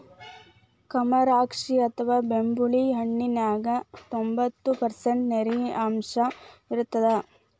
ಕಮರಾಕ್ಷಿ ಅಥವಾ ಬೆಂಬುಳಿ ಹಣ್ಣಿನ್ಯಾಗ ತೋಭಂತ್ತು ಪರ್ಷಂಟ್ ನೇರಿನಾಂಶ ಇರತ್ತದ